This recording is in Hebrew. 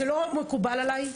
זה לא מקובל עליי.